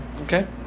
Okay